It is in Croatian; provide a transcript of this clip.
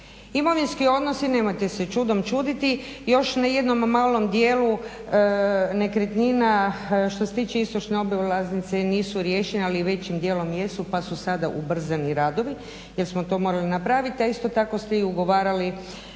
Imovinski odnosi, nemojte se čudom čuditi, još na jednom malom dijelu nekretnina što se tiče istočne obilaznice nisu riješeni, ali većim dijelom jesu pa su sada ubrzani radovi jer smo to morali napraviti, a isto tako ste i ugovarali